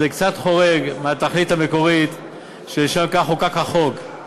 זה קצת חורג מהתכלית המקורית כאשר חוקק החוק.